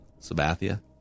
sabathia